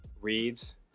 reads